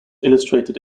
illustrated